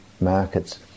markets